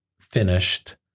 finished